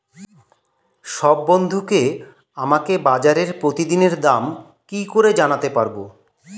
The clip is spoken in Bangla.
সব বন্ধুকে আমাকে বাজারের প্রতিদিনের দাম কি করে জানাতে পারবো?